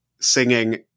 singing